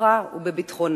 לפיתוחה ולביטחונה.